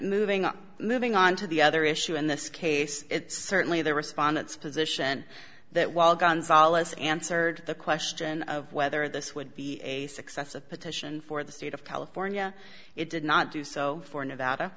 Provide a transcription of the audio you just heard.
moving up moving on to the other issue in this case certainly the respondents position that while gonzales answered the question of whether this would be a success of petition for the state of california it did not do so for nevada